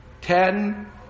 Ten